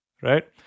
right